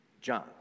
John